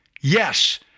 Yes